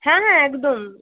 হ্যাঁ হ্যাঁ একদম